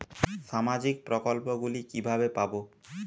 সামাজিক প্রকল্প গুলি কিভাবে পাব?